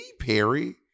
Perry